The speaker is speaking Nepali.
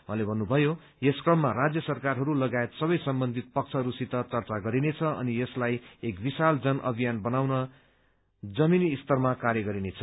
उहाँले भन्नुभयो यस क्रममा राज्य सरकारहरू लगायत सबै सम्बन्धित पक्षहरूसित चर्चा गरिनेछ अनि यसलाई एक विशाल जनअभियान बनाउन जमीनी स्तरमा कार्य गरिनेछ